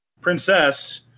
princess